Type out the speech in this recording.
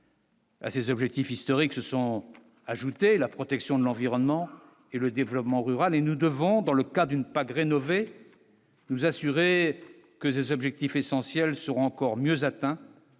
à ces objectifs historiques se sont ajoutées la protection de l'environnement et le développement rural et nous devons, dans le cas d'une part, de rénover nous assurer que ces objectifs essentiels seront encore mieux atteint